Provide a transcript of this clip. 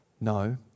No